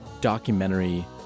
documentary